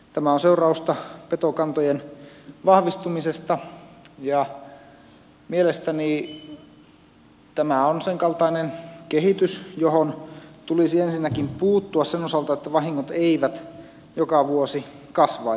tämä on seurausta petokantojen vahvistumisesta ja mielestäni tämä on senkaltainen kehitys johon tulisi ensinnäkin puuttua sen osalta että vahingot eivät joka vuosi kasvaisi